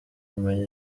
kumenya